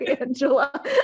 Angela